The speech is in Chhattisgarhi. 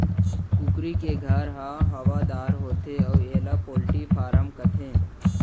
कुकरी के घर ह हवादार होथे अउ एला पोल्टी फारम कथें